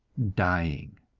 dying.